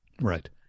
right